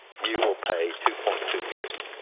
you will pay two point two trillion.